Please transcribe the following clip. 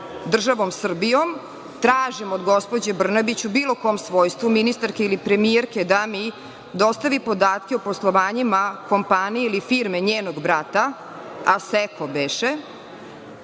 državom Srbijom. Tražim od gospođe Brnabić, u bilo kom svojstvu, ministarke ili premijerke, da mi dostavi podatke o poslovanjima kompanije ili firme njenog brata „Aseko“, beše,